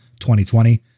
2020